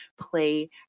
play